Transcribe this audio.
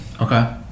Okay